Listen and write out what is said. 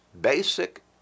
basic